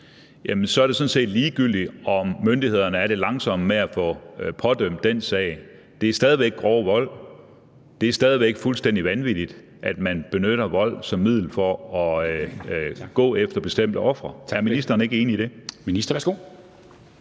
sådan set ligegyldigt, om myndighederne er lidt langsomme med at få pådømt den sag. Det er stadig væk grov vold. Det er stadig væk fuldstændig vanvittigt, at man benytter vold som middel til at gå efter bestemte ofre. Er ministeren ikke enig i det?